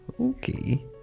Okay